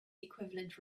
equivalent